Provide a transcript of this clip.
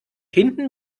hinten